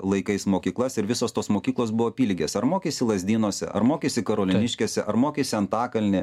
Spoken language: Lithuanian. laikais mokyklas ir visos tos mokyklos buvo apylygės mokeisi lazdynuose ar mokeisi karoliniškėse ar mokeisi antakalny